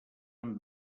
amb